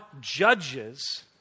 judges